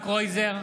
יולי יואל אדלשטיין,